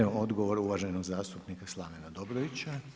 Evo odgovor uvaženog zastupnika Slavena Dobrovića.